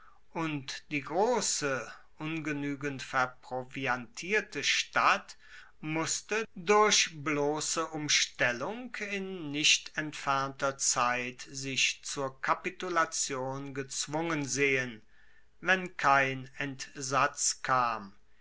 und die grosse ungenuegend verproviantierte stadt musste durch blosse umstellung in nicht entfernter zeit sich zur kapitulation gezwungen sehen wenn kein entsatz kam